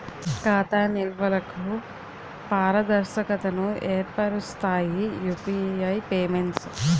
ఖాతా నిల్వలకు పారదర్శకతను ఏర్పరుస్తాయి యూపీఐ పేమెంట్స్